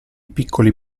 piccoli